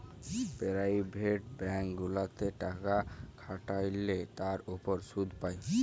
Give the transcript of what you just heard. private bank গুলাতে টাকা খাটাল্যে তার উপর শুধ পাই